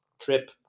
Trip